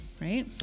right